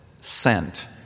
sent